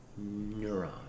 neuron